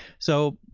so.